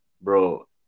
bro